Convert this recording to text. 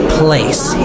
place